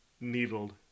needled